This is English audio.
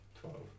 twelve